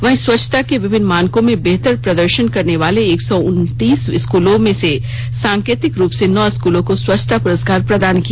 वहीं स्वच्छता के विभिन्न मानकों में बेहतर प्रदर्शन करनेवाले एक सौ उन्नीस स्कूलों में से सांकेतिक रूप से नौ स्कूलों को स्वच्छता पुरस्कार प्रदान किया